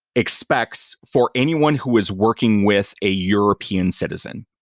expects for anyone who is working with a european citizen.